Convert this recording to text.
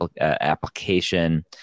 application